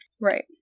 Right